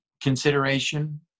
consideration